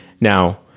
Now